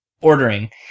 Ordering